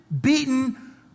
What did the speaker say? beaten